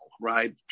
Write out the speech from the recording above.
right